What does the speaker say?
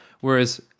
Whereas